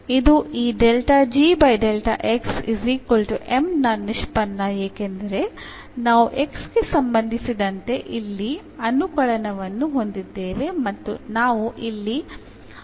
ಇದು ಈ ನ ನಿಷ್ಪನ್ನ ಏಕೆಂದರೆ ನಾವು x ಗೆ ಸಂಬಂಧಿಸಿದಂತೆ ಇಲ್ಲಿ ಅನುಕಳನವನ್ನು ಹೊಂದಿದ್ದೇವೆ ಮತ್ತು ನಾವು ಇಲ್ಲಿ ಅವಕಲನವನ್ನು ತೆಗೆದುಕೊಳ್ಳುತ್ತೇವೆ